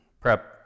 prep